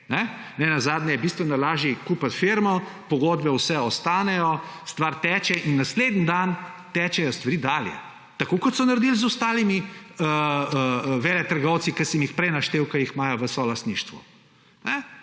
Ne nazadnje je bistveno lažje kupiti firmo, vse pogodbe ostanejo, stvar teče in naslednji dan tečejo stvari dalje. Tako kot so naredili z ostalimi veletrgovci, ki sem jih prej naštel, ki jih imajo v solastništvu.